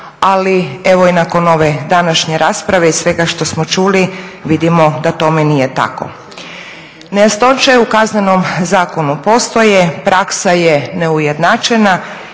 ali evo i nakon ove današnje rasprave i svega što smo čuli vidimo da tome nije tako. Nejasnoće u Kaznenom zakonu postoje, praksa je neujednačena